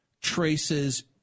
traces